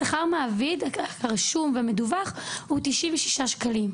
שכר מעביד הרשום והמדווח הוא 96 שקלים,